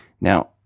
Now